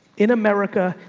in america,